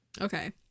Okay